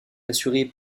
assurée